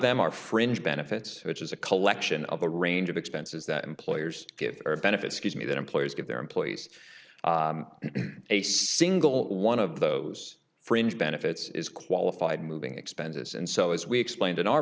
them are fringe benefits which is a collection of the range of expenses that employers give or benefits gives me that employers give their employees in a single one of those fringe benefits is qualified moving expenses and so as we explained in our